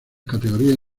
categorías